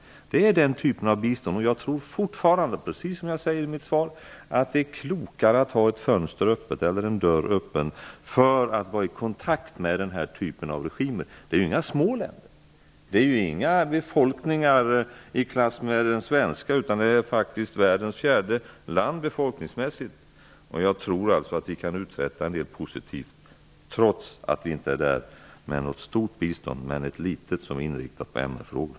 Jag tror fortfarande, precis som jag säger i mitt svar, att det är klokare att ha en dörr öppen för att vara i kontakt med den här typen av regimer. Det är inget litet land det gäller. Det är inte en befolkning i klass med Sveriges. Det är faktiskt världens fjärde land befolkningsmässigt räknat. Jag tror att vi kan uträtta en del positiva saker trots att vi inte ger något stort bistånd. Vi ger ett litet bistånd som är inriktat på MR-frågor.